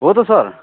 हो त सर